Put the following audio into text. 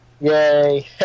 yay